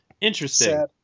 interesting